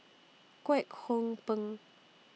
Kwek Hong Png